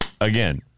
again